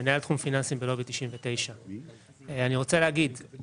מנהל תחום פיננסים בלובי 99. המרוויחים